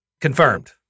Confirmed